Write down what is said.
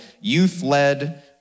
youth-led